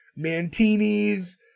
Mantini's